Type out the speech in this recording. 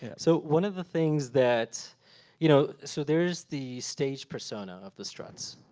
yeah so one of the things that you know so there's the stage persona of the struts.